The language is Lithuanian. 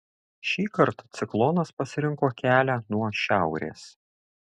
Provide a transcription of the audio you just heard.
šįkart ciklonas pasirinko kelią nuo šiaurės